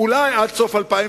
אולי עד סוף 2010?